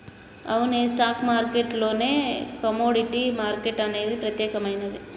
అవునే stock market లోనే commodity market అనేది ప్రత్యేకమైనది